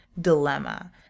dilemma